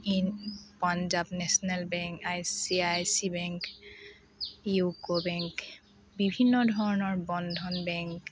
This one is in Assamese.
in Punjab national bank I C I C bank UCO bank বিভিন্ন ধৰণৰ বন্ধন বেংক